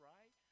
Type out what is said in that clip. Right